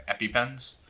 epipens